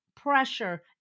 pressure